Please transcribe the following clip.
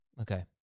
Okay